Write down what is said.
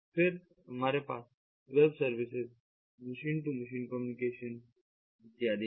फिर हमारे पास web services machine to machine communication इत्यादि हैं